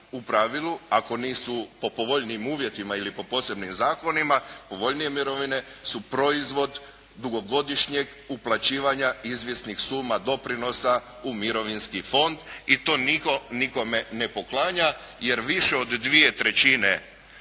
u pravilu ako nisu po povoljnijim uvjetima ili po posebnim zakonima povoljnije mirovine su proizvod dugogodišnjeg uplaćivanja izvjesnih suma doprinosa u Mirovinski fond i to nitko nekome ne poklanja, jer više od dvije trećine